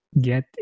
get